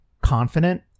confident